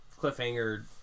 cliffhanger